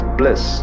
bliss